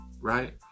right